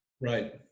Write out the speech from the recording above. Right